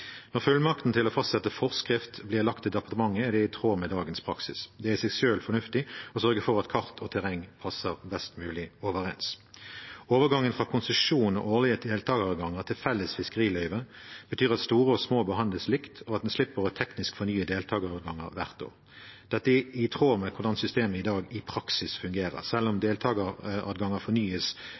Når fullmakten til å fastsette forskrift blir lagt til departementet, er det i tråd med dagens praksis. Det er i seg selv fornuftig å sørge for at kart og terreng passer best mulig overens. Overgangen fra konsesjon og årlige deltageradganger til felles fiskeriløyve betyr at store og små behandles likt, og at en slipper å teknisk fornye deltageradganger hvert år. Dette er i tråd med hvordan systemet i dag i praksis fungerer. Selv om deltageradganger fornyes